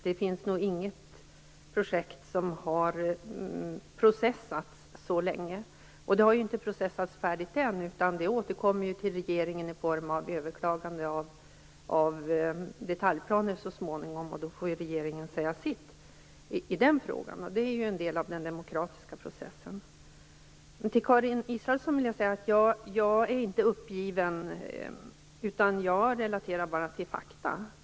Det finns nog inget projekt som har processats så länge. Och det har ju inte processats färdigt än - det återkommer så småningom till regeringen i form av överklaganden av detaljplaner, och då får regeringen säga sitt i den frågan. Det är ju en del av den demokratiska processen. Till Karin Israelsson vill jag säga att jag inte är uppgiven. Jag relaterar bara till fakta.